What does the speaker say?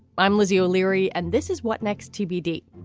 i'm lizzie o'leary and this is what next tbd,